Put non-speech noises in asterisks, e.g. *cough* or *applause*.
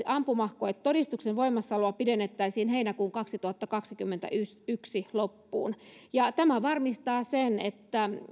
*unintelligible* ampumakoetodistuksen voimassaoloa pidennettäisiin heinäkuun kaksituhattakaksikymmentäyksi loppuun tämä varmistaa sen että